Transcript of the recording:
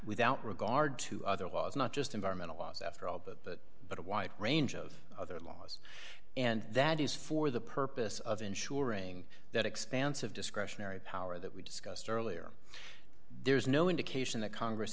without regard to other laws not just environmental laws after all but but but a wide range of other laws and that is for the purpose of ensuring that expansive discretionary power that we discussed earlier there is no indication that congress